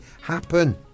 happen